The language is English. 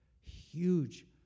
huge